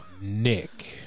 Nick